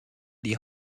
die